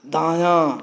दायाँ